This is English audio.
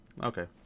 okay